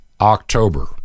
October